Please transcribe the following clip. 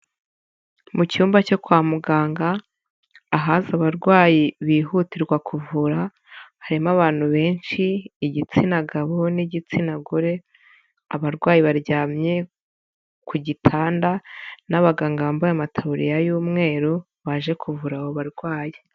Mu cyumba cyo kwa muganga ahaza abarwayi bihutirwa kuvura, harimo abantu benshi igitsina gabo n'igitsina gore abarwayi baryamye ku gitanda n'abaganga bambaye amataburiya y'umweru baje kuvura abo barwayi.